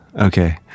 Okay